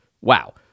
wow